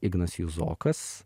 ignas juzokas